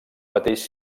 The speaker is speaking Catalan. mateix